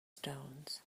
stones